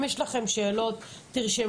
אם יש לכם שאלות תרשמו.